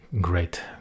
great